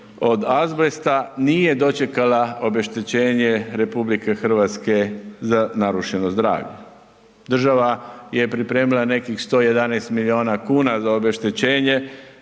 od azbesta nije dočekala obeštećenje RH za narušeno zdravlje. Država je pripremila nekih 111 miliona kuna za obeštećenje,